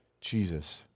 Jesus